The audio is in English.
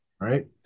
Right